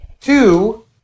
two